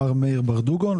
מר מאיר ברדוגו.